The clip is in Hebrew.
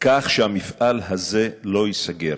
כך שהמפעל הזה לא ייסגר.